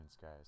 guys